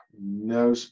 no